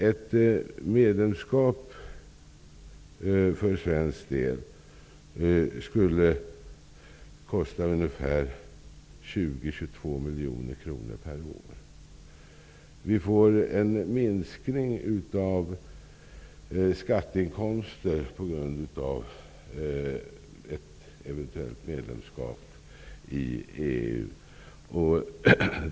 Ett medlemskap för svensk del skulle kosta ungefär 20--22 miljoner kronor per år. Vi får en minskning av skatteinkomsterna på grund av ett eventuellt medlemskap i EU.